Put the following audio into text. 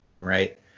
right